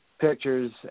pictures